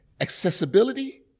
accessibility